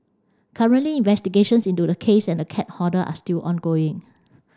currently investigations into the case and the cat hoarder are still ongoing